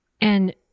And-